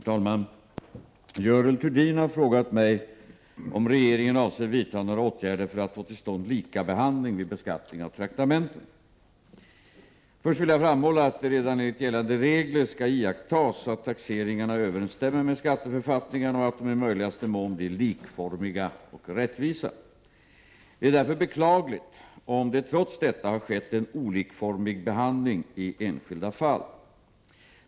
Fru talman! Görel Thurdin har frågat mig om regeringen avser vidta några åtgärder för att få till stånd likabehandling vid beskattning av traktamenten. Först vill jag framhålla att det redan enligt gällande regler skall iakttas att taxeringarna överensstämmer med skatteförfattningarna och att de i möjligaste mån blir likformiga och rättvisa. Det är därför beklagligt om det trots detta har skett en olikformig behandling i enskilda fall.